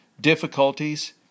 difficulties